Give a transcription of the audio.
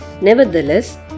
Nevertheless